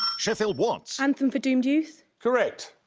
sheffield, watts. anthem for doomed youth? correct.